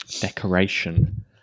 decoration